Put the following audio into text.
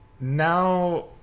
Now